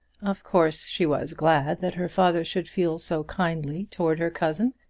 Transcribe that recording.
of course she was glad that her father should feel so kindly towards her cousin,